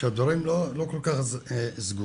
שהדברים לא כל כך סגורים.